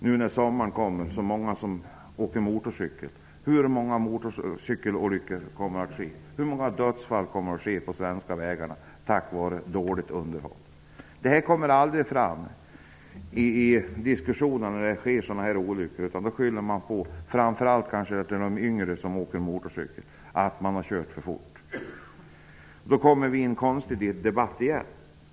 På sommaren är det många som åker motorcykel. Hur många motorcykelolyckor kommer att inträffa? Hur många dödsfall kommer att inträffa på de svenska vägarna till följd av dåligt underhåll? Det här kommer aldrig fram i diskussionen om olyckorna. Man skyller på, framför allt när yngre personer åker motorcykel, att de har kört för fort. Vi får då en konstig debatt.